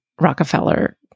Rockefeller